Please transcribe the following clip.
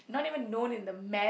not even known in the map